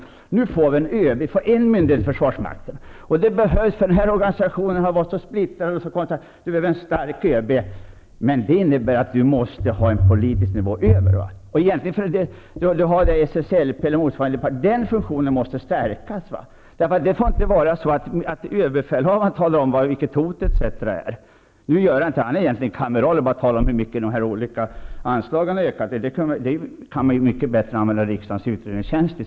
Nu får vi en myndighet i försvarsmakten. Det behövs, för den här organisationen har varit så splittrad. Det behövs en stark ÖB. Men det innebär att vi måste ha en politisk nivå över. Egentligen har vi SSLP eller motsvarande. Den funktionen måste stärkas. Det får inte vara så att överbefälhavaren talar om vilket hotet är. Nu gör han inte det. Han är egentligen kameral och talar bara om hur mycket de olika anslagen har ökat. Det kan man mycket bättre använda riksdagens utredningstjänst till.